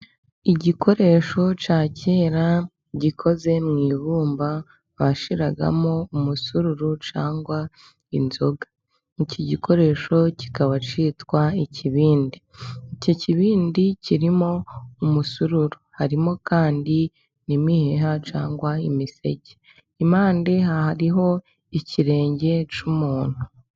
Igikoresho cya kera gikoze mu ibumba bashyiragamo umusururu cyangwa inzoga, iki gikoresho kikaba cyitwa ikibindi .Iki kibindi kirimo umusururu harimo kandi n'imiheha cyangwa imiseke ,impande hariho ikirenge cy'umuntu.